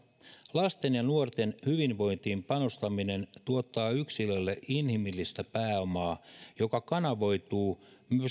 lasten ja nuorten hyvinvointiin panostaminen tuottaa yksilölle inhimillistä pääomaa joka kanavoituu